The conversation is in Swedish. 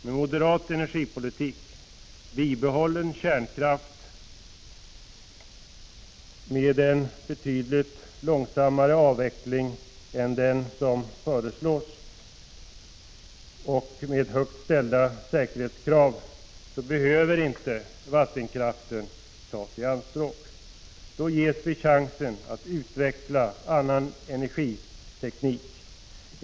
Med moderat energipolitik, med bibehållen kärnkraft med en betydligt långsammare avveckling än den som föreslås, och med högt ställda säkerhetskrav, behöver inte vattenkraften tas i anspråk. Då ges vi chansen att utveckla annan energiteknik.